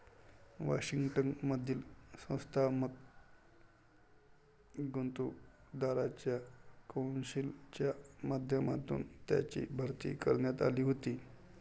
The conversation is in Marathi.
वॉशिंग्टन मधील संस्थात्मक गुंतवणूकदारांच्या कौन्सिलच्या माध्यमातून त्यांची भरती करण्यात आली होती